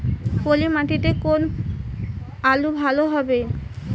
পলি মাটিতে কোন আলু ভালো হবে?